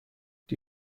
die